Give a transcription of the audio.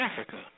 Africa